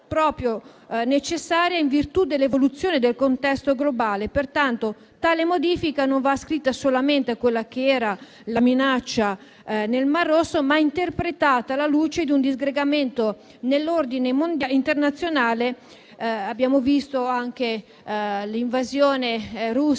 necessaria in virtù dell'evoluzione del contesto globale. Pertanto, tale modifica non va solamente ascritta alla minaccia nel Mar Rosso, ma va anche interpretata alla luce di un disgregamento nell'ordine internazionale - abbiamo visto anche l'invasione russa